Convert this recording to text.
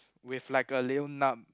with like a little nub